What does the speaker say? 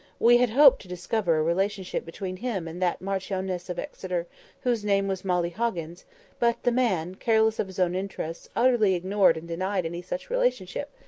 we had hoped to discover a relationship between him and that marchioness of exeter whose name was molly hoggins but the man, careless of his own interests, utterly ignored and denied any such relationship,